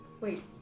Wait